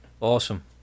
awesome